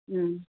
ம்